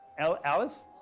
alice?